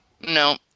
No